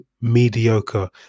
mediocre